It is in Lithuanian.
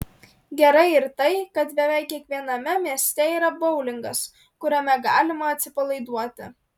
gerai ir tai kad beveik kiekviename mieste yra boulingas kuriame galima atsipalaiduoti